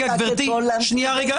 גברתי, רגע.